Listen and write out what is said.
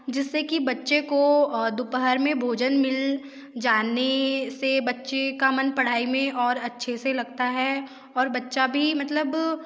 जिससे कि बच्चे को दोपहर में भोजन मिल जाने से बच्चे का मन पढ़ाई में और अच्छे से लगता है और बच्चा भी मतलब